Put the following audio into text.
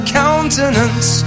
countenance